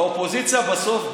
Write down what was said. האופוזיציה בסוף,